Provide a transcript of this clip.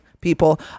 people